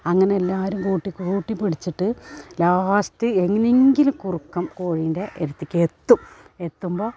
അങ്ങനെയെല്ലാവരും കൂട്ടിക്കൂട്ടിപ്പിടിച്ചിട്ട് ലാസ്റ്റ് എങ്ങനെങ്കിലും കുറുക്കൻ കോഴീൻ്റെ അടുത്തേക്കെത്തും എത്തുമ്പോൾ